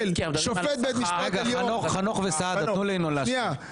חנוך וסעדה, תנו לו להשלים.